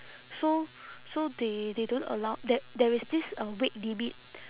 so so they they don't allow there there is this uh weight limit